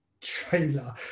trailer